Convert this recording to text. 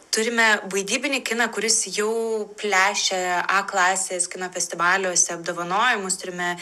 turime vaidybinį kiną kuris jau plešia a klasės kino festivaliuose apdovanojimus turime